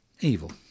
evil